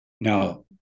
Now